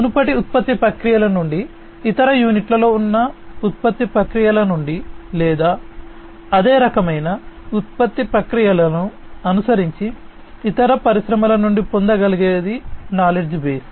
మునుపటి ఉత్పత్తి ప్రక్రియల నుండి ఇతర యూనిట్లలో ఉన్న ఉత్పత్తి ప్రక్రియల నుండి లేదా అదే రకమైన ఉత్పత్తి ప్రక్రియలను అనుసరించి ఇతర పరిశ్రమల నుండి పొందగలది నాలెడ్జ్ బేస్